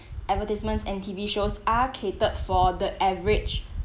advertisements and T_V shows are catered for the average